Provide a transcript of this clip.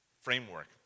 framework